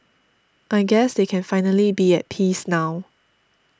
I guess they can finally be at peace now